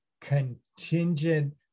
contingent